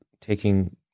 taking